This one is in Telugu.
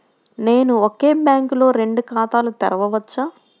నేను ఒకే బ్యాంకులో రెండు ఖాతాలు తెరవవచ్చా?